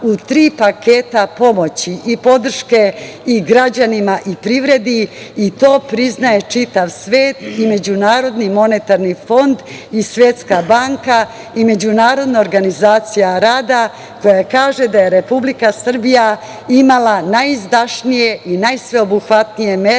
u tri paketa pomoći i podrške i građanima i privredi i to priznaje čitav svet i MMF i Svetska banka i Međunarodna organizacija rada koja kaže da je Republika Srbija imala najizdašnije i najsveobuhvatnije mere